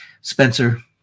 Spencer